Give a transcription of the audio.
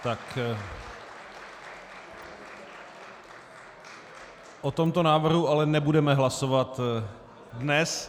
O tomto návrhu ale nebudeme hlasovat dnes.